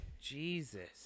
jesus